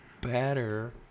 better